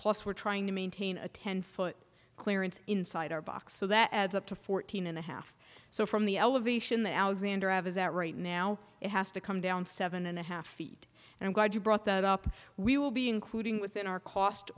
plus we're trying to maintain a ten foot clearance inside our box so that adds up to fourteen and a half so from the elevation the alexander is at right now it has to come down seven and a half feet and i'm glad you brought that up we will be including within our cost